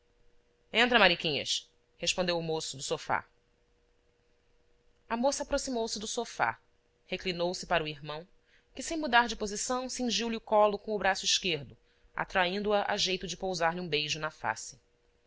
entra mariquinhas respondeu o moço do sofá a moça aproximou-se do sofá reclinou-se para o irmão que sem mudar de posição cingiu lhe o colo com o braço esquerdo atraindo a a jeito de pousar-lhe um beijo na face